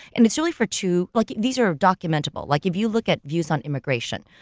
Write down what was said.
and it's really for two. like these are documentable. like if you look at views on immigration,